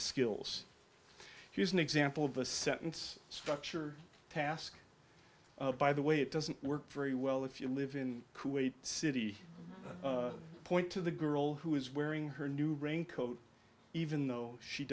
skills here's an example of a sentence structure task by the way it doesn't work very well if you live in kuwait city point to the girl who is wearing her new raincoat even though she